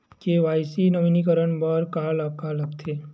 KYC नवीनीकरण बर का का लगथे?